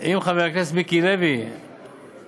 אם חבר הכנסת מיקי לוי חברי,